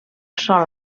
sol